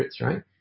right